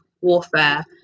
warfare